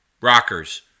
Rockers